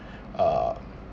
uh